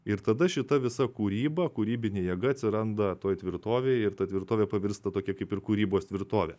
ir tada šita visa kūryba kūrybinė jėga atsiranda toj tvirtovėj ir ta tvirtovė pavirsta tokia kaip ir kūrybos tvirtove